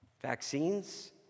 vaccines